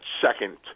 second